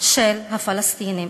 של הפלסטינים,